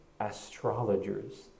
astrologers